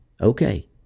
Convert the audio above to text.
Okay